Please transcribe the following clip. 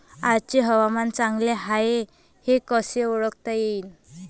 आजचे हवामान चांगले हाये हे कसे ओळखता येईन?